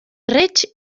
reig